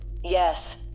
yes